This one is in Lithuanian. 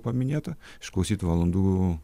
paminėta išklausyt valandų